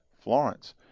Florence